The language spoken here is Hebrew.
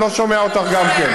אני לא שומע אותך גם כן.